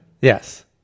Yes